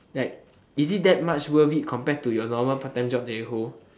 like is it that much worth it compared to your normal part-time job that you hold